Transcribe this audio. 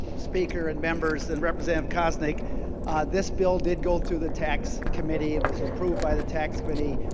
speaker and members. and representative koznick this bill did go through the tax committee. it was approved by the tax committee.